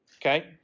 Okay